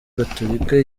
gatorika